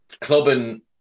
Clubbing